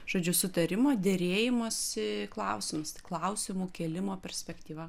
žodžiu sutarimo derėjimosi klausimas klausimų kėlimo perspektyva